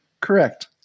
correct